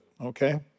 okay